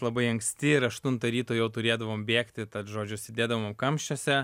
labai anksti ir aštuntą ryto jau turėdavom bėgti tad žodžiu sėdėdavom kamščiuose